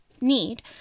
need